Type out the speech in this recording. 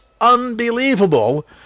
unbelievable